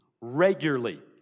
regularly